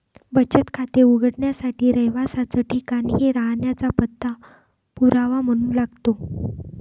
बचत खाते उघडण्यासाठी रहिवासाच ठिकाण हे राहण्याचा पत्ता पुरावा म्हणून लागतो